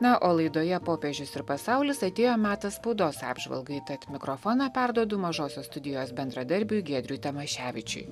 na o laidoje popiežius ir pasaulis atėjo metas spaudos apžvalgai tad mikrofoną perduodu mažosios studijos bendradarbiui giedriui tamoševičiui